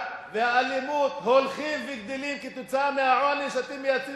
והאלימות הולכים וגדלים כתוצאה מהעוני שאתם מייצרים